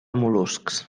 mol·luscs